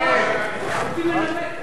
אדוני היושב-ראש, אנחנו רוצים לנמק קודם.